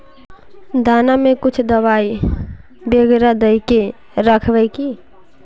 दाना में कुछ दबाई बेगरा दय के राखबे की?